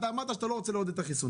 אתה אמרת שאתה לא רוצה לעודד את החיסון